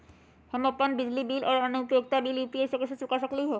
हम लोग अपन बिजली बिल और अन्य उपयोगिता बिल यू.पी.आई से चुका सकिली ह